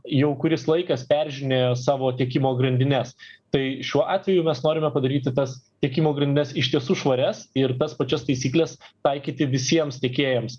jau kuris laikas peržiūrinėjo savo tiekimo grandines tai šiuo atveju mes norime padaryti tas tiekimo grandines iš tiesų švarias ir tas pačias taisykles taikyti visiems tiekėjams